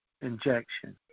injection